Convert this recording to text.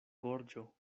gorĝo